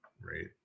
right